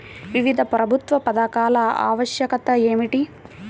వివిధ ప్రభుత్వా పథకాల ఆవశ్యకత ఏమిటి?